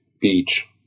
beach